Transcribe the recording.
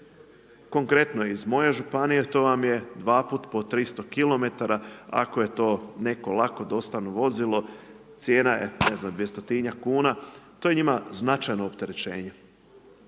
Konkretno iz moje županije to vam je dva puta po 300 kilometara, ako je to neko lako dostavno vozilo, cijena je ne znam, dvjestotinjak kuna, to je njima značajno opterećenje.